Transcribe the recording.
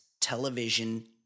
television